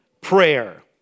Prayer